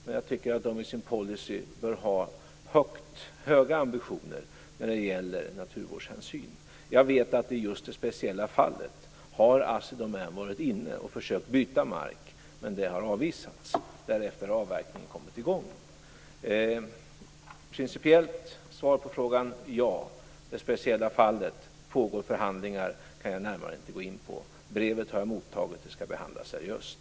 Men jag tycker att företaget i sin policy bör ha höga ambitioner för naturvårdshänsyn. Jag vet att i just det här speciella fallet har Assi Domän försökt att byta mark. Men det har avvisats. Därefter har avverkningen kommit i gång. Principiellt svar på frågan: Ja. I det speciella fallet pågår förhandlingar. De kan jag inte gå in på. Brevet har jag mottagit och skall behandlas seriöst.